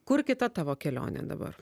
kur kita tavo kelionė dabar